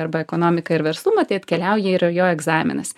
arba ekonomika ir verslumą tai atkeliauja ir jo egzaminas